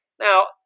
Now